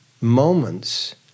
moments